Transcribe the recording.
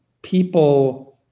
people